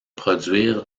produire